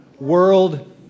World